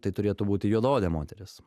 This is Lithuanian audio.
tai turėtų būti juodaodė moteris